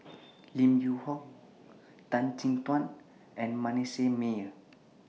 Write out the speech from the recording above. Lim Yew Hock Tan Chin Tuan and Manasseh Meyer